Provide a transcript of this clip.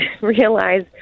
realize